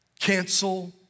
cancel